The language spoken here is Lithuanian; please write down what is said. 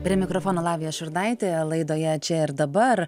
prie mikrofono lavija šurnaitė laidoje čia ir dabar